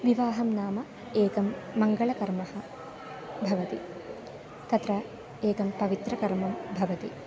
विवाहं नाम एकं मङ्गलकर्म भवति तत्र एकं पवित्रकर्म भवति